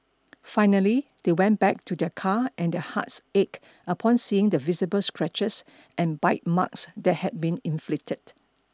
finally they went back to their car and their hearts ached upon seeing the visible scratches and bite marks that had been inflicted